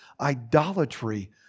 idolatry